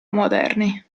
moderni